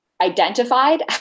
identified